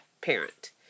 parent